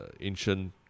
ancient